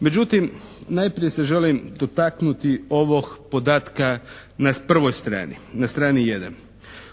Međutim, najprije se želim dotaknuti ovog podatka na prvoj stranici, na strani jedan.